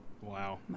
Wow